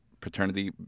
paternity